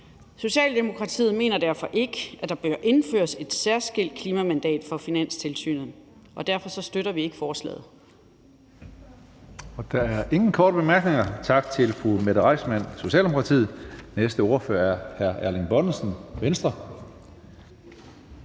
Socialdemokratiet mener derfor ikke, at der bør indføres et særskilt klimamandat for Finanstilsynet, og derfor støtter vi ikke forslaget.